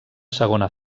segona